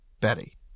Betty